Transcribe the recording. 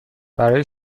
برای